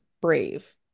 brave